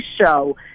show